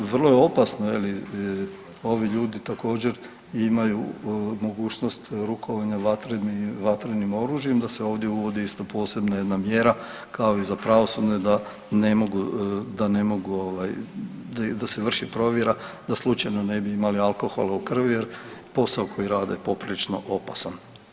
Vrlo je opasna jer ovi ljudi također imaju mogućnost rukovanja vatrenim oružjem da se ovdje uvodi isto posebna jedna mjera kao i za pravosudne da ne mogu, da se vrši provjera da slučajno ne bi imali alkohola u krvi, jer posao koji rade poprilično je opasan.